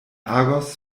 agos